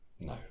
No